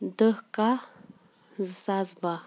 دہ کاہہ زٕ ساس باہہ